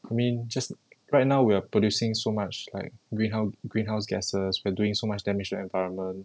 I mean just right now we're producing so much like greenhouse greenhouse gases for doing so much damage to the environment